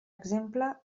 exemple